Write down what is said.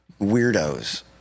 weirdos